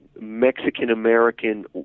Mexican-American